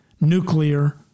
nuclear